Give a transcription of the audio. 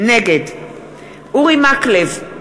נגד אורי מקלב,